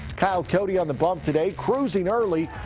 kyle cody on the bump today. cruising early.